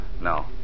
No